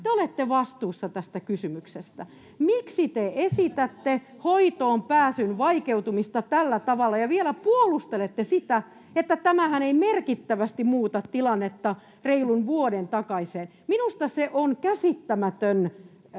Te olette vastuussa tästä kysymyksestä. Miksi te esitätte hoitoonpääsyn vaikeutumista tällä tavalla ja vielä puolustelette sitä, että tämähän ei merkittävästi muuta tilannetta reilun vuoden takaiseen? Minusta se on käsittämätön